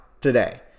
today